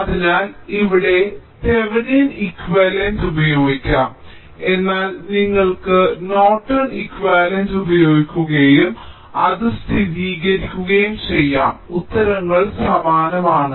അതിനാൽ ഒന്നുകിൽ ഇവിടെ തെവെനിൻ ഇക്വിവലെന്റ് ഉപയോഗിക്കും എന്നാൽ നിങ്ങൾക്ക് നോർട്ടൺ ഇക്വിവലെന്റ് ഉപയോഗിക്കുകയും അത് സ്ഥിരീകരിക്കുകയും ചെയ്യാം ഉത്തരങ്ങൾ സമാനമാണ്